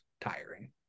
tiring